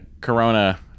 corona